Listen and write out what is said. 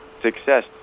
success